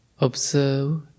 Observe